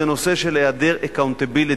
זה הנושא של היעדר accountability,